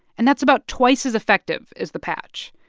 and that's about twice as effective as the patch.